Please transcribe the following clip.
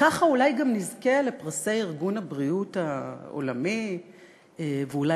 ככה אולי גם נזכה לפרסי ארגון הבריאות העולמי ואולי